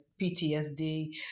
PTSD